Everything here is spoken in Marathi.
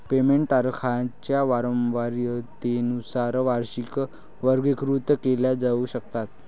पेमेंट तारखांच्या वारंवारतेनुसार वार्षिकी वर्गीकृत केल्या जाऊ शकतात